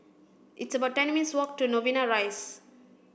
it's about ten minutes' walk to Novena Rise